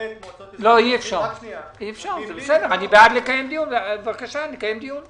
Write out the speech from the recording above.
השעה) כך שתחול גבי שנות מס נוספות; לבקשת רשות המיסים נבחן גם